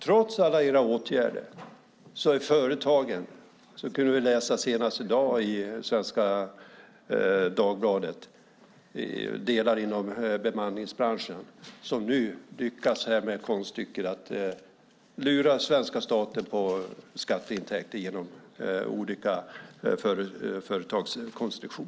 Trots alla era åtgärder lyckas en del företag, som vi kunde läsa senast i dag i Svenska Dagbladet, inom bemanningsbranschen med konststycket att lura svenska staten på skatteintäkter genom olika företagskonstruktioner.